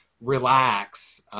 relax